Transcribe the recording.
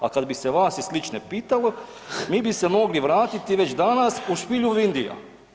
A kada bi se vas i slične pitalo mi bi se mogli vratiti već danas u Špilju Vindija.